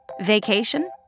Vacation